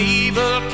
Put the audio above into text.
evil